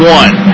one